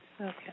Okay